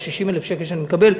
או 60,000 שקל שאני מקבל,